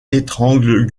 étrangle